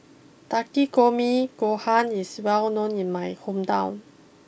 Takikomi Gohan is well known in my hometown